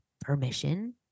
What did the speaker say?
permission